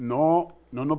no no no